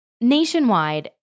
Nationwide